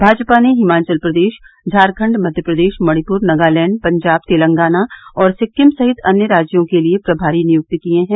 भाजपा ने हिमाचल प्रदेश झारखंड मध्यप्रदेश मणिपुर नगालैंड पंजाब तेलगाना और सिक्किम सहित अन्य राज्यों के लिए प्रभारी नियुक्त किए हैं